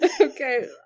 Okay